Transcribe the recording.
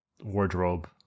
wardrobe